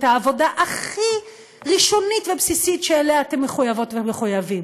העבודה הכי ראשונית ובסיסית שלה אתם מחויבות ומחויבים: